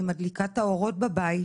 אני מדליקה את האורות בבית,